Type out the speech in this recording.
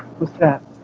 what's that?